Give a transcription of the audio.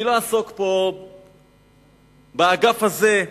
אני לא אעסוק פה באגף הזה,